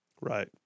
Right